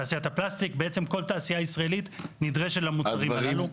תעשיית הפלסטיק ובעצם כל תעשייה ישראלית נדרשת למוצרים הללו.